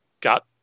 got